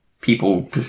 people